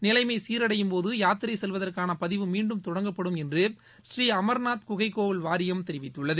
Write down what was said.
நிலைமை சீரடையும்போது யாத்திரை செல்வதற்கான பதிவு மீண்டும் தொடங்கப்படும் என்று ஸ்ரீ அமா்நாத் குகைக்கோவில் வாரியம் தெரிவித்துள்ளது